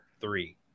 three